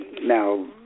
now